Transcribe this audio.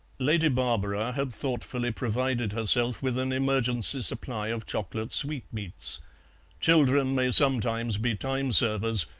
lady barbara had thoughtfully provided herself with an emergency supply of chocolate sweetmeats children may sometimes be time-servers,